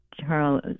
Charles